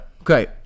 Okay